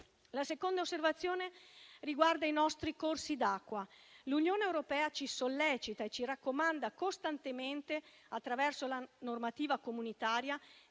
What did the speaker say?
La seconda osservazione riguarda i nostri corsi d'acqua. L'Unione europea ci sollecita e ci raccomanda costantemente, attraverso la normativa comunitaria,